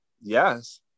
yes